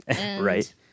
Right